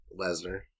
Lesnar